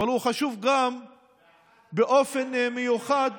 אבל הוא חשוב באופן מיוחד